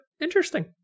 interesting